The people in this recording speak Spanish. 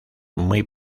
muy